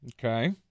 Okay